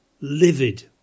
livid